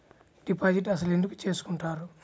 Deposit అసలు ఎందుకు చేసుకుంటారు?